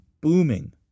booming